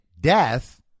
death